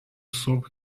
صبح